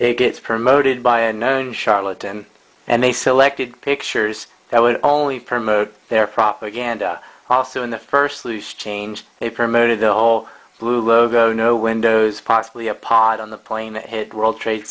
a gets promoted by a known charlatan and they selected pictures that would only permit their propaganda also in the first loose change they promoted the whole blue logo no windows possibly a pod on the plane that hit world trade